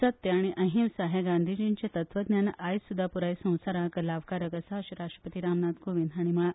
सत्य आनी अहिंसा हे गांधीजींचे तत्त्वज्ञान आयज सुद्धा पुराय संवसाराक लावकारक आसा अशें राष्ट्रपती रामनाथ कोविंद हांणी म्हणला